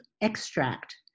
extract